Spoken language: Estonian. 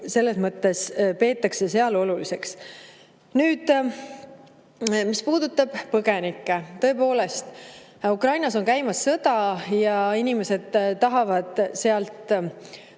selles mõttes peetakse seal oluliseks. Nüüd, mis puudutab põgenikke. Tõepoolest, Ukrainas on käimas sõda ja inimesed tahavad sealt